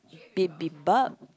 Bibimbap